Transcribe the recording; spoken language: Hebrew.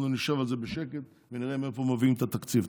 נשב על זה בשקט ונראה מאיפה מביאים את התקציב.